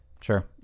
Sure